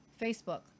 Facebook